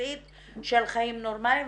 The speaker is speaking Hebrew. הבסיסית של חיים נורמליים,